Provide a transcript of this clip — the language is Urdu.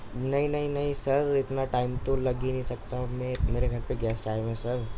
نہیں نہیں نہیں سر اتنا ٹائم تو لگ ہی نہیں سکتا میں میرے گھر پہ گیسٹ آئے ہوئے ہیں سر